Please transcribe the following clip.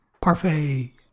parfait